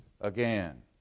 again